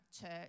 church